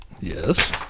Yes